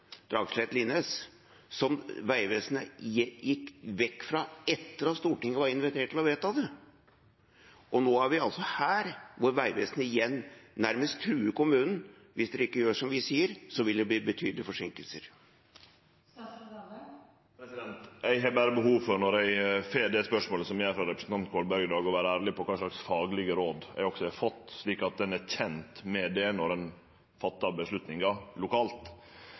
som Vegvesenet gikk vekk fra etter at Stortinget var invitert til å vedta det. Og nå er vi altså her, hvor Vegvesenet igjen nærmest truer kommunen: Hvis dere ikke gjør som vi sier, så vil det bli betydelige forsinkelser. Eg har berre behov for, når eg får det spørsmålet som eg gjer frå representanten Kolberg i dag, å vere ærleg på kva slags faglege råd eg har fått, slik at ein er kjent med det når ein tek avgjerder lokalt.